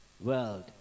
world